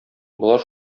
болар